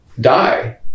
die